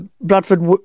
Bradford